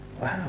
Wow